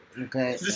Okay